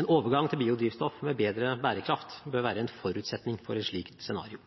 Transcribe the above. En overgang til biodrivstoff med bedre bærekraft bør være en forutsetning for et slikt scenario.